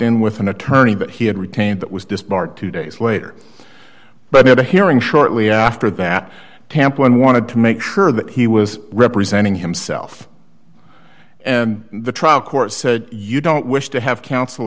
in with an attorney that he had retained that was disbarred two days later but had a hearing shortly after that tampa one wanted to make sure that he was representing himself and the trial court said you don't wish to have coun